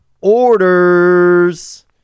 orders